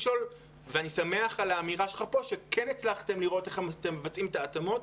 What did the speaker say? אני שמח על האמירה שלך פה שכן הצלחתם לראות איך אתם מבצעים את ההתאמות.